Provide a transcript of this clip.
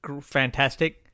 Fantastic